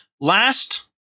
Last